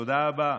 תודה רבה.